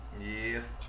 Yes